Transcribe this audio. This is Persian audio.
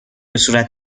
صورت